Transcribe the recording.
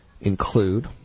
include